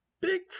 big